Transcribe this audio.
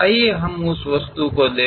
ಆ ವಸ್ತುವನ್ನು ನೋಡೋಣ